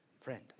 Friend